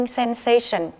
sensation